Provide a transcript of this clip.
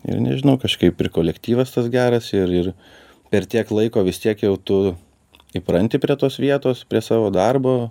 ir nežinau kažkaip ir kolektyvas tas geras ir ir per tiek laiko vis tiek jau tu įpranti prie tos vietos prie savo darbo